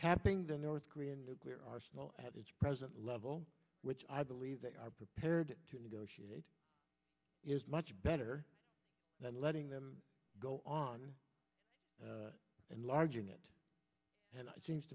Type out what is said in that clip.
tapping the north korean nuclear arsenal at its present level which i believe they are prepared to negotiate is much better than letting them go on and large in it and it seems